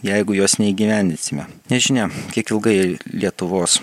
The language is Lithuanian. jeigu jos neįgyvendinsime nežinia kiek ilgai lietuvos